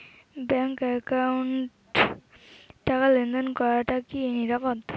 Bank একাউন্টত টাকা লেনদেন করাটা কি নিরাপদ?